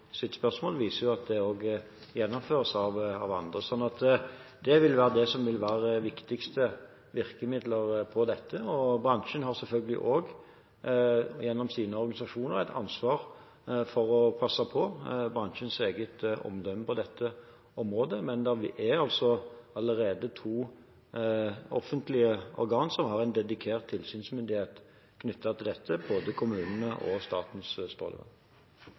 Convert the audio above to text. sitt spørsmål, viser at det også gjennomføres av andre. Så det vil være det viktigste virkemidlet her. Bransjen har selvfølgelig gjennom sine organisasjoner et ansvar for å passe på når det gjelder bransjens eget omdømme på dette området, men det er allerede to offentlige organ som har en dedikert tilsynsmyndighet knyttet til dette, både kommunene og Statens